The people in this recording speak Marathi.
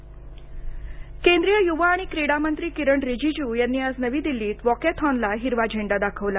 वॉकॅथॉन केंद्रीय युवा आणि क्रीडा मंत्री किरण रिजिजू यांनी आज नवी दिल्लीत वॉकॅथॉनला हिरवा झेंडा दाखवला